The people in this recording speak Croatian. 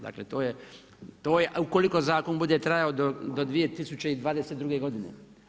Dakle, to je ukoliko zakon bude trajao do 2022. godine.